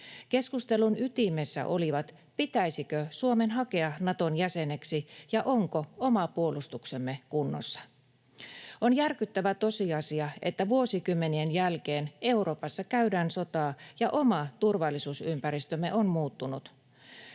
Keskustelun ytimessä oli se, pitäisikö Suomen hakea Naton jäseneksi ja onko oma puolustuksemme kunnossa. On järkyttävä tosiasia, että vuosikymmenien jälkeen Euroopassa käydään sotaa ja oma turvallisuusympäristömme on muuttunut.